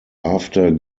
after